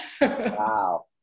Wow